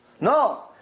No